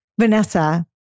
Vanessa